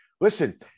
Listen